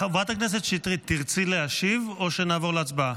חברת הכנסת שטרית, תרצי להשיב, או שנעבור להצבעה?